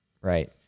Right